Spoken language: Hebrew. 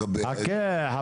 לקבע את זה.